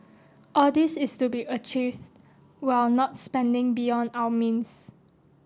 all this is to be achieved while not spending beyond our means